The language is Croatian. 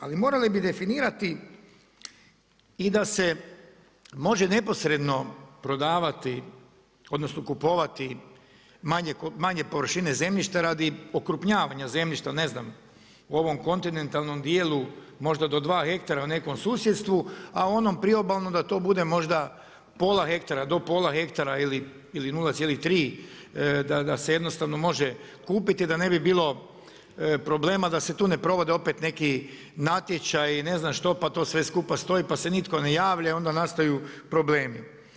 Ali morali bi definirati i da se može neposredno prodavati odnosno kupovati manje površine zemljišta radi okrupnjavanja zemljišta jel ne znam u ovom kontinentalnom dijelu možda do dva hektara u nekom susjedstvu, a u onom priobalnom da to bude možda pola hektara, do pola hektara ili 0,3 da se jednostavno može kupiti da ne bi bilo problema da se tu ne provode opet neki natječaji ne znam što, pa to sve skupa stoji pa se nitko ne javlja i onda nastaju problemi.